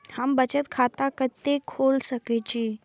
हम बचत खाता कते खोल सके छी?